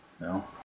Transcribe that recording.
No